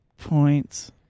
Points